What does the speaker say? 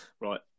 Right